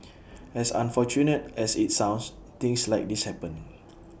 as unfortunate as IT sounds things like this happen